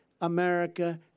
America